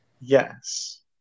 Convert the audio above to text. Yes